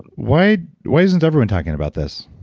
why why isn't everyone talking about this?